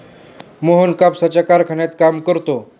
मोहन कापसाच्या कारखान्यात काम करतो